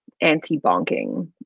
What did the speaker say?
anti-bonking